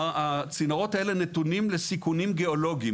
הצינורות האלה נתונים לסיכונים גיאולוגיים.